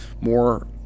more